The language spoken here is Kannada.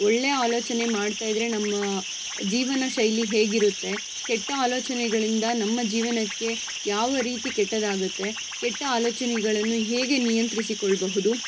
ಒಳ್ಳೆಯ ಆಲೋಚನೆ ಮಾಡ್ತಾಯಿದ್ರೆ ನಮ್ಮ ಜೀವನ ಶೈಲಿ ಹೇಗಿರುತ್ತೆ ಕೆಟ್ಟ ಆಲೋಚನೆಗಳಿಂದ ನಮ್ಮ ಜೀವನಕ್ಕೆ ಯಾವ ರೀತಿ ಕೆಟ್ಟದಾಗುತ್ತೆ ಕೆಟ್ಟ ಆಲೋಚನೆಗಳನ್ನು ಹೇಗೆ ನಿಯಂತ್ರಿಸಿಕೊಳ್ಬಹುದು